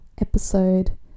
episode